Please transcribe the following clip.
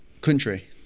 country